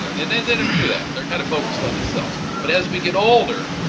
know, they they they never do that. they're kind of focused on themselves. but as we get older,